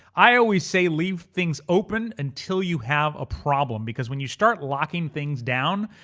i always say leave things open until you have a problem because when you start locking things down,